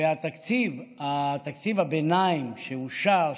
ותקציב הביניים שאושר,